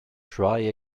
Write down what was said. try